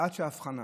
עד האבחנה.